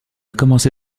commencé